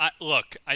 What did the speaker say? Look